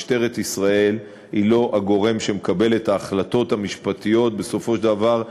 משטרת ישראל היא לא הגורם שמקבל את ההחלטות המשפטיות בסופו של דבר,